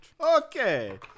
Okay